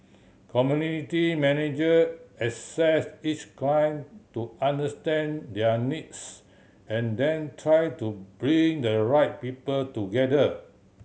community manager assess each client to understand their needs and then try to bring the right people together